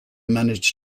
manage